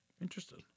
Interesting